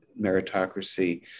meritocracy